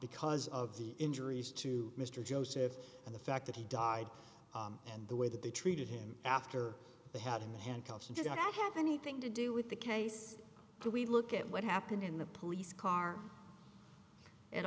because of the injuries to mr joseph and the fact that he died and the way that they treated him after they had him the handcuffs and does not have anything to do with the case do we look at what happened in the police car at